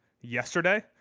yesterday